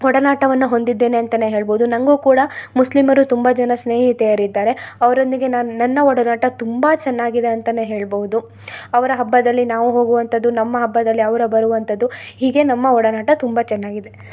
ಒಡನಾಟವನ್ನು ಹೊಂದಿದ್ದೇನೆ ಅಂತೆಯೇ ಹೇಳಬೌದು ನಂಗೂ ಕೂಡ ಮುಸ್ಲಿಮರು ತುಂಬ ಜನ ಸ್ನೇಹಿತೆಯರಿದ್ದಾರೆ ಅವರೊಂದಿಗೆ ನಾನು ನನ್ನ ಒಡನಾಟ ತುಂಬ ಚೆನ್ನಾಗಿದೆ ಅಂತೆಯೇ ಹೇಳಬೌದು ಅವರ ಹಬ್ಬದಲ್ಲಿ ನಾವು ಹೋಗುವಂಥದ್ದು ನಮ್ಮ ಹಬ್ಬದಲ್ಲಿ ಅವ್ರು ಬರುವಂಥದ್ದು ಹೀಗೆ ನಮ್ಮ ಒಡನಾಟ ತುಂಬ ಚೆನ್ನಾಗಿದೆ